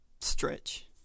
stretch